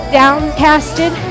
downcasted